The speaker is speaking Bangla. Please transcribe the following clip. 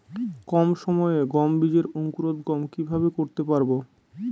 কম সময়ে গম বীজের অঙ্কুরোদগম কিভাবে করতে পারব?